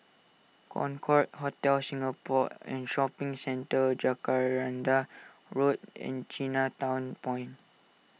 Concorde Hotel Singapore and Shopping Centre Jacaranda Road and Chinatown Point